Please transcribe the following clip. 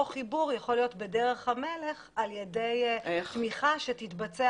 חיבור יכול להיות בדרך המלך על ידי תמיכה שתתבצע